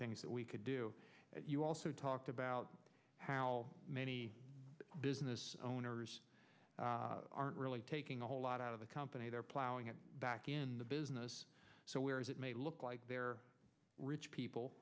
things that we could do you also talked about how many business owners aren't really taking a whole lot out of the company they're plowing it back in the business so where is it may look like they're rich people